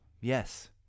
Yes